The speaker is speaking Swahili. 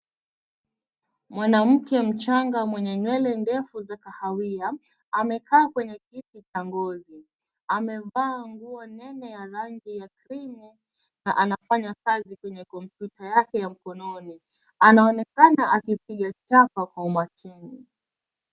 Mwanamke mchanga mwenye nywele ndefu za kahawia amekaa kwenye kiti cha ngozi. Amevaa nguo nene ya rangi ya krimu na anafanya kazi kwenye kompyuta yake ya mkononi. Anaonekana akipiga chapa kwa umakini.